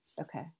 okay